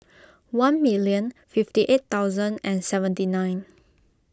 one million fifty eight thousand and seventy nine